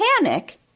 panic